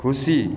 खुसी